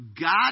God